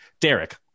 Derek